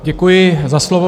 Děkuji za slovo.